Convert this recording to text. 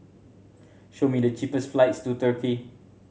show me the cheapest flights to Turkey